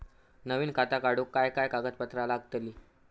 नवीन खाता काढूक काय काय कागदपत्रा लागतली?